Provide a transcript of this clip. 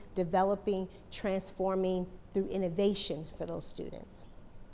developing, transforming through innovation for those students.